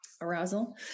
arousal